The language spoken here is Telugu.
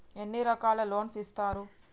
ఎన్ని రకాల లోన్స్ ఇస్తరు?